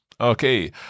Okay